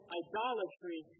idolatry